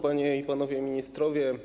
Panie i Panowie Ministrowie!